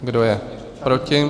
Kdo je proti?